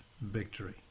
victory